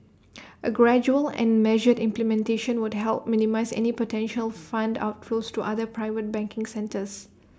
A gradual and measured implementation would help minimise any potential fund outflows to other private banking centres